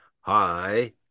hi